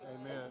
Amen